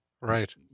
right